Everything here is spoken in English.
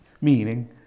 meaning